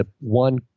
one